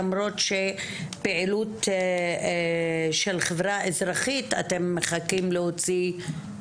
למרות שפעילות של חברה אזרחית אתם מחכים להוציא,